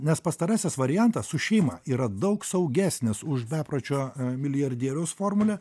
nes pastarasis variantas su šeima yra daug saugesnis už bepročio milijardieriaus formulę